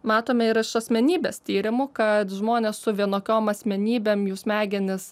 matome ir iš asmenybės tyrimų kad žmonės su vienokiom asmenybėm jų smegenys